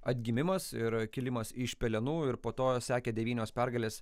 atgimimas ir kilimas iš pelenų ir po to sekė devynios pergalės